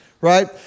Right